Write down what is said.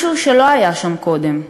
משהו שלא היה שם קודם.